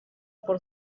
por